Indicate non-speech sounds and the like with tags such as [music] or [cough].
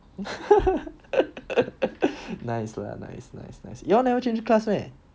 [laughs] nice lah nice nice nice you all never change class meh